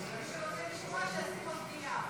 וכעת נצביע על הסתייגות 34. הצבעה כעת.